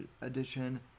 Edition